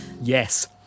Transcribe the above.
Yes